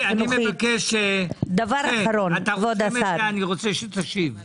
משה, ארצה שתשיב,